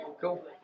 Cool